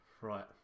Right